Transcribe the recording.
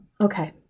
Okay